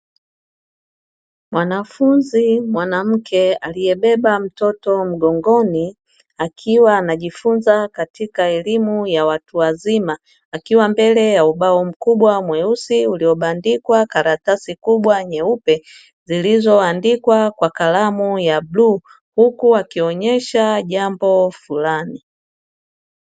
Mwanafunzi mwanamke aliyebeba mtoto mgongoni, akiwa anajifunza katika elimu ya watu wazima, akiwa mbele ya ubao mkubwa mweusi uliobandikwa karatasi kubwa nyeupe, zilizoandikwa kwa kalamu ya bluu. Huku akionyesha jambo fulani.